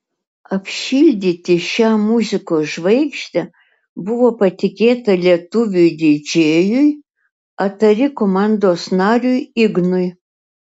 apšildyti šią muzikos žvaigždę buvo patikėta lietuviui didžėjui atari komandos nariui ignui